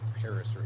Paris